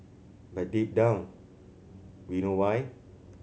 but deep down we know why